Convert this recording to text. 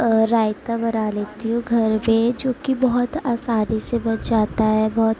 رائتہ بنا لیتی ہوں گھر میں جوکہ بہت آسانی سے بن جاتا ہے بہت